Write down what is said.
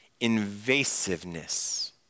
invasiveness